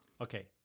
Okay